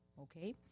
Okay